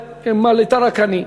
ואמלטה רק אני.